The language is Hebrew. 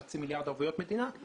חצי מיליארד ערבויות מדינה,